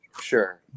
Sure